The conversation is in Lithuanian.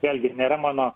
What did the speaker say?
vėlgi nėra mano